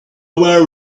were